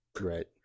right